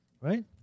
right